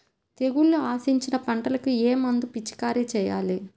తెగుళ్లు ఆశించిన పంటలకు ఏ మందు పిచికారీ చేయాలి?